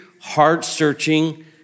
heart-searching